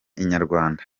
inyarwanda